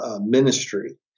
Ministry